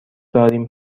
داریم